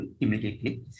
immediately